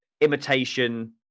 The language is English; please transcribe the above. imitation